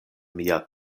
mia